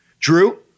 Drew